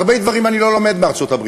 הרבה דברים אני לא לומד מארצות-הברית,